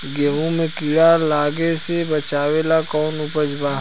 गेहूँ मे कीड़ा लागे से बचावेला कौन उपाय बा?